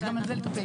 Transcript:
צריך גם בזה לטפל.